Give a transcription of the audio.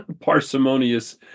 parsimonious